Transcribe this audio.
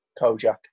Kojak